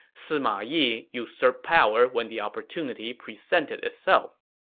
sima yi usurped power when the opportunity presented itself.